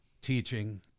teaching